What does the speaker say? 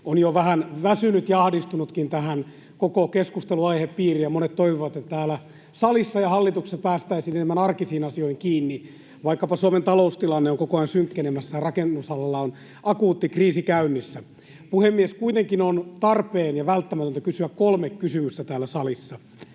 on jo vähän väsynyt ja ahdistunutkin tähän koko keskustelun aihepiiriin ja monet toivovat, että täällä salissa ja hallituksessa päästäisiin enemmän arkisiin asioihin kiinni. Vaikkapa Suomen taloustilanne on koko ajan synkkenemässä, ja rakennusalalla on akuutti kriisi käynnissä. [Sanna Antikainen: Niinpä, niinpä! — Oikealta: No nii-in!] Puhemies! Kuitenkin on tarpeen ja välttämätöntä kysyä kolme kysymystä täällä salissa.